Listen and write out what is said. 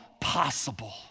possible